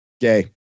Gay